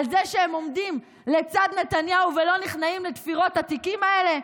על זה שהם עומדים לצד נתניהו ולא נכנעים לתפירות התיקים האלה?